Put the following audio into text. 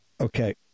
okay